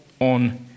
on